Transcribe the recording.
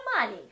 money